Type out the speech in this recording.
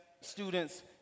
students